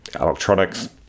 electronics